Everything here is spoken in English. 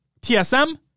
TSM